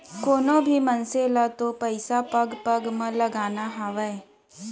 कोनों भी मनसे ल तो पइसा पग पग म लगाना हावय